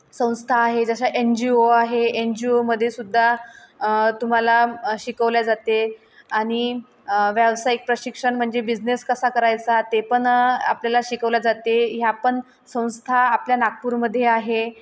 संस्था आहे जशा एन जी ओ आहे एन जी ओमध्ये सुद्धा तुम्हाला शिकवल्या जाते आणि व्यावसायिक प्रशिक्षण म्हणजे बिझनेस कसा करायचा ते पण आपल्याला शिकवल्या जाते ह्या पण संस्था आपल्या नागपूरमध्ये आहे